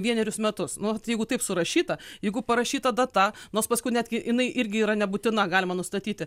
vienerius metus nu tai jeigu taip surašyta jeigu parašyta data nors paskui netgi jinai irgi yra nebūtina galima nustatyti